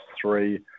three